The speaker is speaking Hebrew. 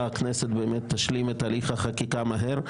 הכנסת באמת תשלים את הליך החקיקה מהר.